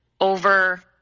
over